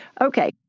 Okay